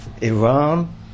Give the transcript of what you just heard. Iran